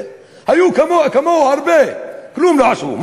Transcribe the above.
כמו שפניתי אליו קודם לכן.